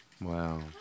Wow